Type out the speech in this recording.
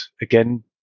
again